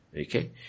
Okay